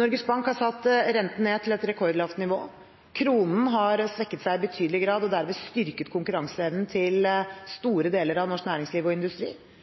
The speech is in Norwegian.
Norges Bank har satt renten ned til et rekordlavt nivå, kronen har svekket seg i betydelig grad og dermed styrket konkurranseevnen til store deler av norsk næringsliv og industri.